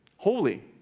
Holy